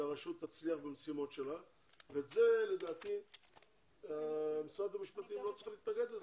שהרשות תצליח במשימות שלה ולדעתי משרד המשפטים לא צריך להתנגד לזה.